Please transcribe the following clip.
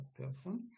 person